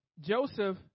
Joseph